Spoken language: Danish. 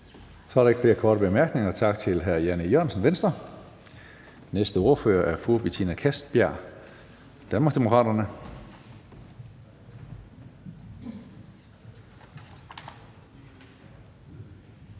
Så er der ikke flere korte bemærkninger. Tak til hr. Jan E. Jørgensen, Venstre. Næste ordfører er fru Betina Kastbjerg, Danmarksdemokraterne.